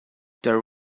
there